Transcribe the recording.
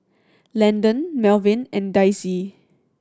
Landen Melvyn and Daisie